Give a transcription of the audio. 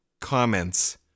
comments